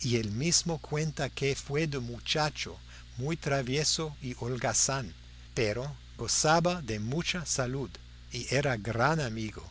y él mismo cuenta que fue de muchacho muy travieso y holgazán pero gozaba de mucha salud y era gran amigo